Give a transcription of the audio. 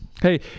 Hey